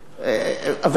והמבין יבין.